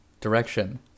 direction